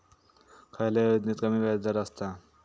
खयल्या योजनेत कमी व्याजदर असता?